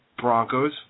Broncos